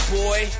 boy